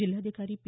जिल्हाधिकारी पी